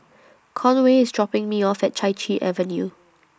Conway IS dropping Me off At Chai Chee Avenue